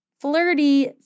flirty